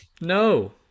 No